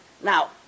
Now